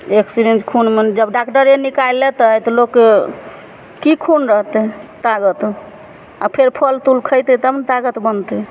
एक सीरिंज खूनमे जब डाक्डरे निकालि लेतै तऽ लोकके की खून रहतै तागत आ फेर फलफूल खैतै तब ने तागत बनतै